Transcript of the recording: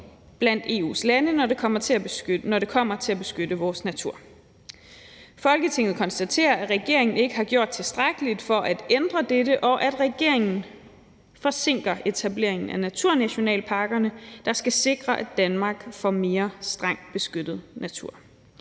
blandt EU's lande, når det kommer til at beskytte vores natur. Folketinget konstaterer, at regeringen ikke har gjort tilstrækkeligt for at ændre dette, og at regeringen forsinker etableringen af naturnationalparkerne, der skal sikre, at Danmark får mere strengt beskyttet natur.